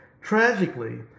Tragically